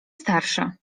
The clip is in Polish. starsze